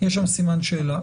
יש שם סימן שאלה.